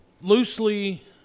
loosely